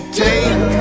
take